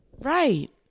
Right